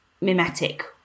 mimetic